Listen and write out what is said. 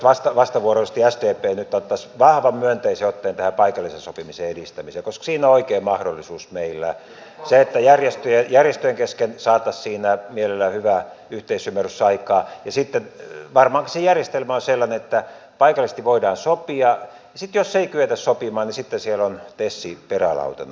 toivottavasti vastavuoroisesti sdp nyt ottaisi vahvan myönteisen otteen tähän paikalliseen sopimisen edistämiseen koska siinä on oikea mahdollisuus meillä se että järjestöjen kesken saataisiin siinä mielellään hyvä yhteisymmärrys aikaan ja sitten varmaankin se järjestelmä on sellainen että paikallisesti voidaan sopia ja sitten jos ei kyetä sopimaan niin sitten siellä on tes perälautana